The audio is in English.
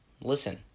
listen